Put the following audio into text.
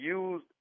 use